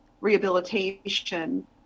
rehabilitation